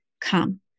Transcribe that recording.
come